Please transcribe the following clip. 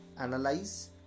analyze